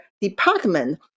Department